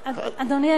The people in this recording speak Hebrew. אדוני,